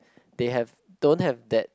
they have don't have that